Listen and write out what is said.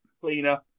cleaner